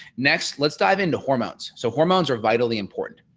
next let's dive into hormones. so hormones are vitally important.